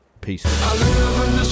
Peace